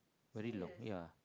very long ya